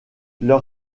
leur